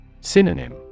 Synonym